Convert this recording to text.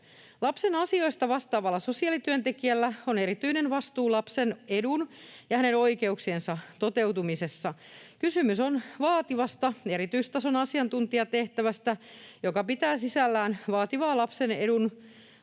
Lapsen asioista vastaavalla sosiaalityöntekijällä on erityinen vastuu lapsen edun ja hänen oikeuksiensa toteutumisessa. Kysymys on vaativasta erityistason asiantuntijatehtävästä, joka pitää sisällään vaativaa lapsen edun